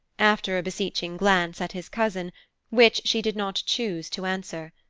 after a beseeching glance at his cousin which she did not choose to answer.